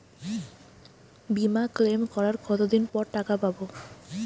বিমা ক্লেম করার কতদিন পর টাকা পাব?